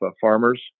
farmers